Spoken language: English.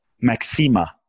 Maxima